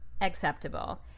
Acceptable